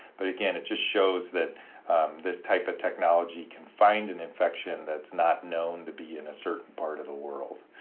but again, it just shows that this type of technology can find an infection that's not known to be in a certain part of the world